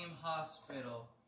hospital